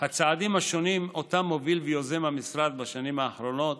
הצעדים השונים שאותם מוביל ויוזם המשרד בשנים האחרונות